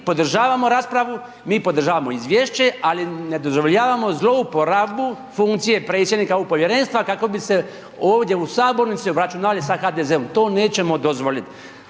podržavamo raspravu, mi podržavamo izvješće, ali ne dozvoljavamo zlouporabu funkcije predsjednica ovog povjerenstva, kako bi se ovdje u sabornici, obračunali sa HDZ-om, to nećemo dozvoliti.